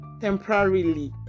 temporarily